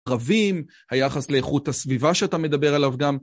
רבים, היחס לאיכות הסביבה שאתה מדבר עליו גם.